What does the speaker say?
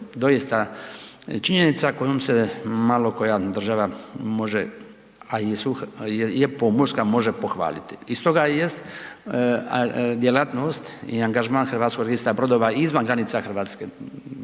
doista činjenica kojom se malo koja država može, a je pomorska može pohvaliti. I stoga jest djelatnost i angažman Hrvatskog registra brodova izvan granica Hrvatske.